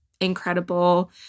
incredible